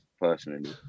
personally